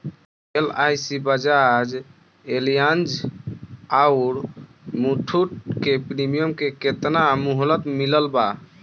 LIC Bajaj Allianz आउर मुथूट के premium के केतना मुहलत मिलल बा?